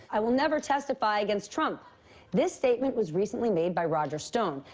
i will never testify against trump this statement was recently made by roger stone,